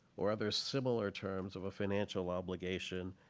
or other similar terms of a financial obligation,